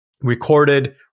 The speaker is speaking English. recorded